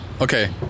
Okay